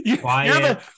quiet